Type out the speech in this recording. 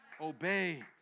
obey